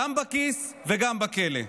גם בכיס וגם בכלא.